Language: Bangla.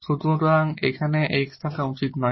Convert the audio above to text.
সুতরাং এখানে x থাকা উচিত নয়